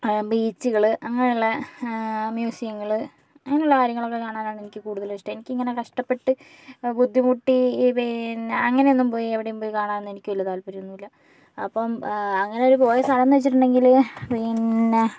ആ ബീച്ചുകള് അങ്ങനെയുള്ള മ്യൂസിയങ്ങള് അങ്ങനെയുള്ള കാര്യങ്ങളൊക്കെ കാണാനാണ് എനിക്ക് കൂടുതലും ഇഷ്ടം എനിക്കിങ്ങനെ കഷ്ടപ്പെട്ട് അ ബുദ്ധിമുട്ടി പിന്നെ അങ്ങനെയൊന്നും പോയി എവിടെയും പോയി കാണാനൊന്നും എനിക്ക് വല്ല്യ താല്പര്യമൊന്നുമില്ല അപ്പോൾ അങ്ങനെയൊരു പോയ സ്ഥലമെന്ന് വെച്ചിട്ടുണ്ടെങ്കില് പിന്നെ